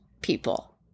people